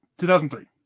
2003